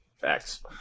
Facts